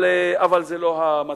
אבל זה לא המצב.